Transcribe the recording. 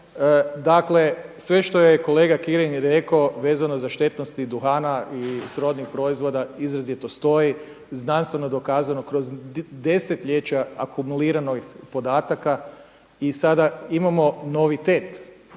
Dakle, sve što je kolega Kirin rekao vezano za štetnosti duhana i srodnih proizvoda izrazito stoji, znanstveno dokazano kroz desetljeća akumulirano podataka i sada imamo novitet,